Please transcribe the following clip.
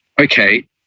okay